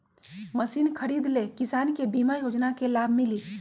Machine खरीदे ले किसान के बीमा योजना के लाभ मिली?